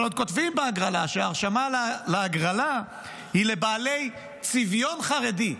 אבל כותבים בהגרלה שההרשמה להגרלה היא לבעלי צביון חרדי.